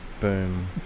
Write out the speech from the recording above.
boom